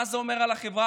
מה זה אומר על החברה,